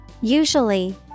Usually